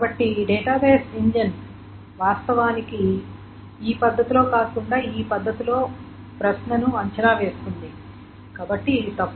కాబట్టి database engine వాస్తవానికి ఈ పద్ధతిలో కాకుండా ఈ పద్ధతిలో ప్రశ్నను అంచనా వేస్తుంది కాబట్టి ఇది తప్పు